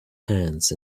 hands